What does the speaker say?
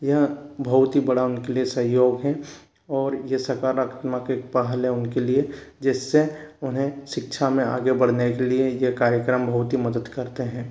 यह बहुत ही बड़ा उनके लिये सहयोग है और ये सकारात्मक एक पहल है उनके लिये जिससे उन्हें शिक्षा में आगे बढ़ने के लिये यह कार्यक्रम बहुत ही मदद करते हैं